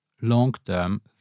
long-term